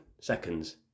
seconds